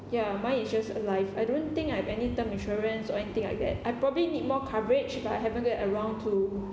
ya mine is just a life I don't think I have any term insurance or anything like that I probably need more coverage but I haven't get around to